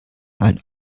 ein